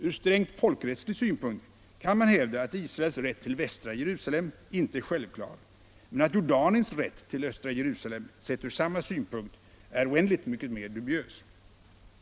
Ur strängt folkrättslig synpunkt kan man hävda att Israels rätt till västra Jerusalem inte är självklar men att Jordaniens rätt till östra Jerusalem, sett ur samma synpunkt, är oändligt mycket mera dubiös.